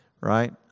Right